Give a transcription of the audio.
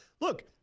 look